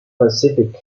pacific